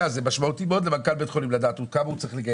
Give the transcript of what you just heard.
21 בדצמבר 2021. סעיף ראשון על סדר היום העברות תקציביות,